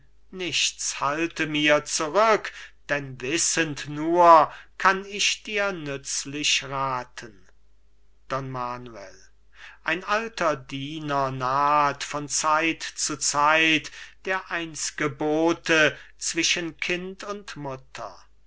nichts halte mir zurück denn wissend nur kann ich dir nützlich rathen don manuel ein alter diener naht von zeit zu zeit der einz'ge bote zwischen kind und mutter